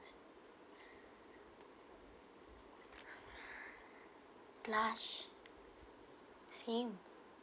blush same